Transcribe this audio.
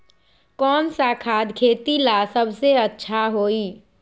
कौन सा खाद खेती ला सबसे अच्छा होई?